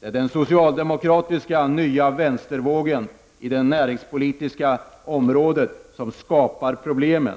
Det är den socialdemokratiska nya vänstervågen inom det näringspolitiska området som skapar problem.